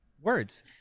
Words